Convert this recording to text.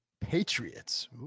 Patriots